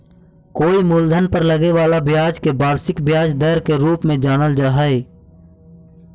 कोई मूलधन पर लगे वाला ब्याज के वार्षिक ब्याज दर के रूप में जानल जा हई